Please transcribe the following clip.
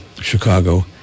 Chicago